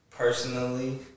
Personally